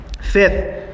Fifth